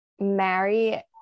marry